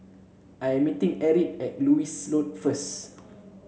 I am meeting Erich at Lewis Road first